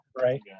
Right